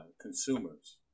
consumers